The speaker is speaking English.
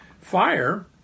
Fire